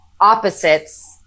opposites